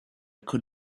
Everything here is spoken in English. could